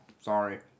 sorry